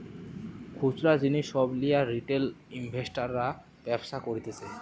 খুচরা জিনিস সব লিয়ে রিটেল ইনভেস্টর্সরা ব্যবসা করতিছে